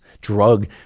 drug